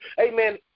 amen